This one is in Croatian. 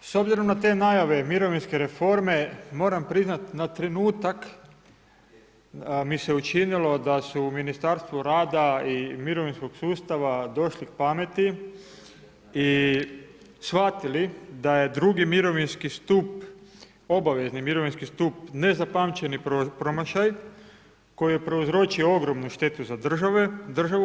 S obzirom na te najave mirovinske reforme, moram priznati na trenutak mi se učinilo da su u Ministarstvu rada i mirovinskog sustava došli k pameti i shvatili da je drugi mirovinski stup obavezni mirovinski stup nezapamćeni promašaj koji je prouzročio ogromnu štetu za državu.